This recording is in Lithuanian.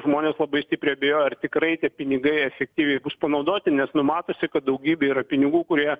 žmonės labai stipriai abejojo ar tikrai tie pinigai efektyviai bus panaudoti nes nu matosi kad daugybė yra pinigų kurie